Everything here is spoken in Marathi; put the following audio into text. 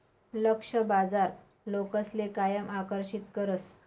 लक्ष्य बाजार लोकसले कायम आकर्षित करस